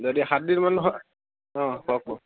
যদি সাতদিনমান হয় অঁ কওক বাৰু